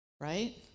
right